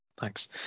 Thanks